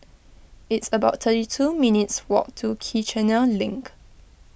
it's about thirty two minutes' walk to Kiichener Link